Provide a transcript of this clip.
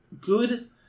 good